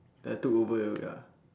ya I took over your ya